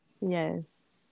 yes